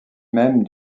même